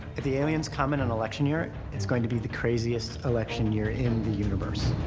if the aliens come in an election year, it's going to be the craziest election year in the universe.